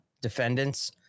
defendants